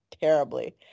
terribly